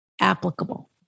Applicable